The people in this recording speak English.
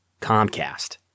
Comcast